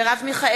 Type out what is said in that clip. נגד מרב מיכאלי,